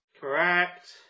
Correct